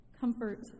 comfort